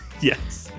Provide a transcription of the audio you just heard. Yes